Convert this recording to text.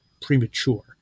premature